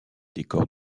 décor